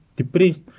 depressed